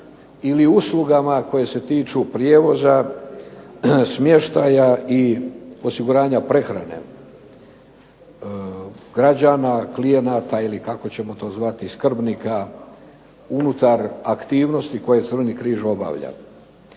ili uslugama koje se tiču prijevoza, smještaja i osiguranja prehrane građana, klijenata ili kako ćemo to zvati, skrbnika unutar aktivnosti koje Crveni križ obavlja.